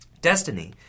Destiny